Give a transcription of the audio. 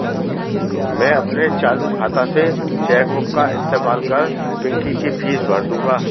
मैं अपने चालू खाता से चेक बुक का इस्तेमाल कर पिंकी की फीस भर दूंगा